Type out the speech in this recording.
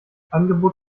angebot